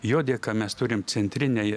jo dėka mes turim centrinę